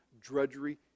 drudgery